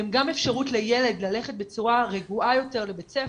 הם גם אפשרות לילד ללכת בצורה רגועה יותר לביה"ס,